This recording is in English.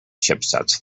chipsets